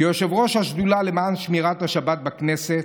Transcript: כיושב-ראש השדולה למען שמירת השבת בכנסת,